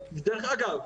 דרך אגב,